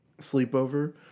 sleepover